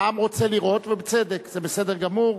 העם רוצה לראות, ובצדק, זה בסדר גמור.